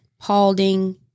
Paulding